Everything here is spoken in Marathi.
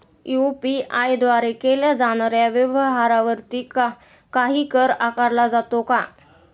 यु.पी.आय द्वारे केल्या जाणाऱ्या व्यवहारावरती काही कर आकारला जातो का?